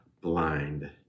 blind